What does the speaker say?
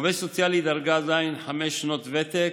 עובד סוציאלי דרגה ז', חמש שנות ותק,